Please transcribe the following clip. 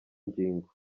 ngingo